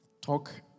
talk